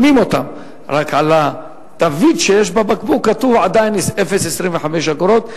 רק שעל התווית שיש על הבקבוק עדיין כתוב 25 אגורות.